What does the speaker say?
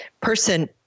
person